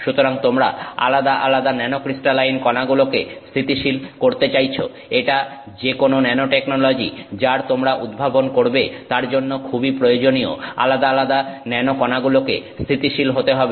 সুতরাং তোমরা আলাদা আলাদা ন্যানোক্রিস্টালাইন কণাগুলোকে স্থিতিশীল করতে চাইছ এটা যে কোন ন্যানোটেকনোলজি যার তোমরা উদ্ভাবন করবে তার জন্য খুবই প্রয়োজনীয় আলাদা আলাদা ন্যানো কণাগুলোকে স্থিতিশীল হতে হবে